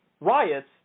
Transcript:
riots